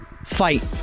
fight